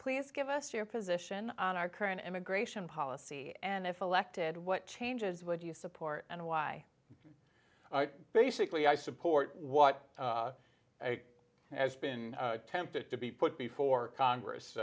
please give us your position on our current immigration policy and if elected what changes would you support and why basically i support what has been attempted to be put before congress